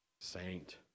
saint